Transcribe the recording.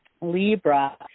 Libra